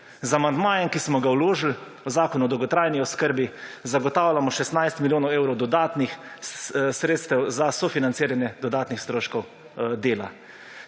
Z amandmajem, ki smo ga vložil, v Zakon o dolgotrajni oskrbi, zagotavljamo 16 milijonov evrov dodatnih sredstev za sofinanciranje dodatnih stroškov dela.